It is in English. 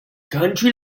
country